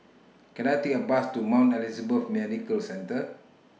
Can I Take A Bus to Mount Elizabeth Medical Centre